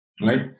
right